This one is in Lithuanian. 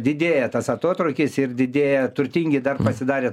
didėja tas atotrūkis ir didėja turtingi dar pasidarė